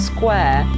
Square